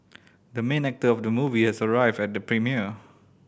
the main actor of the movie has arrived at the premiere